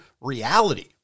reality